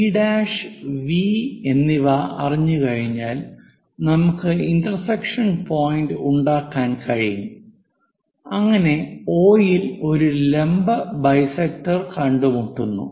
V' V എന്നിവ അറിഞ്ഞുകഴിഞ്ഞാൽ നമുക്ക് ഇന്റർസെക്ഷൻ പോയിന്റ് ഉണ്ടാക്കാൻ കഴിയും അങ്ങനെ O ൽ ഒരു ലംബ ബൈസെക്ടർ കൂട്ടിമുട്ടുന്നു